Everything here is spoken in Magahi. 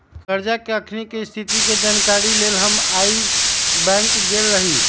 करजा के अखनीके स्थिति के जानकारी के लेल हम आइ बैंक गेल रहि